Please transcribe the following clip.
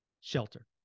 Shelter